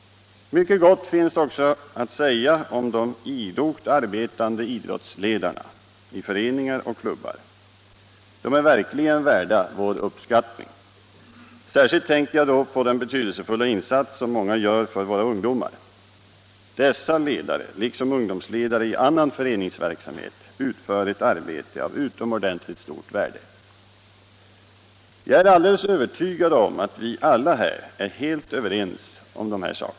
Mycket gott finns också att säga om de idogt arbetande idrottsledarna i föreningar och klubbar. De är verkligen värda uppskattning. Särskilt tänker jag då på den betydelsefulla insats som många gör för våra ungdomar. Dessa ledare, liksom ungdomsledare i annan föreningsverksamhet, utför ett arbete av utomordentligt stort värde. Jag är alldeles övertygad om att vi alla här är helt överens.